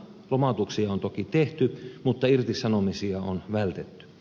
lomautuksia on toki tehty mutta irtisanomisia on vältetty